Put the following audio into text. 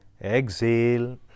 exhale